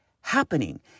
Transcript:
happening